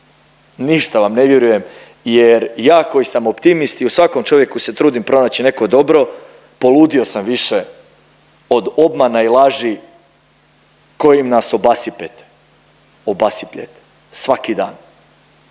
Ništa vam ne vjerujem, jer ja koji sam optimist i u svakom čovjeku se trudim pronaći neko dobro poludio sam više od obmana i laži kojim nas obasipete, obasipljete svaki dan.